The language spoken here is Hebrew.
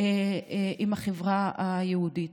עם החברה היהודית,